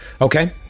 Okay